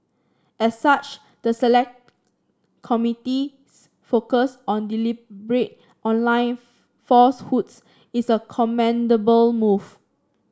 as such the select committee's focus on deliberate online falsehoods is a commendable move